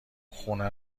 خونه